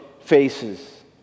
faces